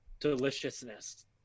Deliciousness